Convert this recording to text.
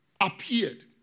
appeared